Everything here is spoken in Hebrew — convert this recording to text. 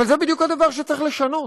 אבל זה בדיוק הדבר שצריך לשנות,